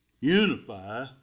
unify